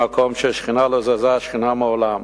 מקום שממנו לא זזה השכינה מעולם.